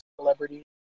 celebrity